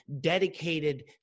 dedicated